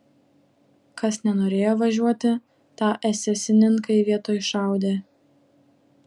kas nenorėjo važiuoti tą esesininkai vietoj šaudė